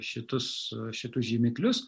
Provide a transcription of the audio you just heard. šitus šitus žymiklius